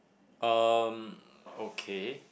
um okay